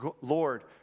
Lord